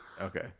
Okay